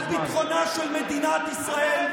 על ביטחונה של מדינת ישראל?